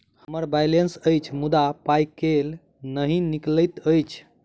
हम्मर बैलेंस अछि मुदा पाई केल नहि निकलैत अछि?